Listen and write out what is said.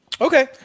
Okay